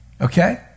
Okay